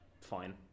fine